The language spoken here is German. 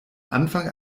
anfang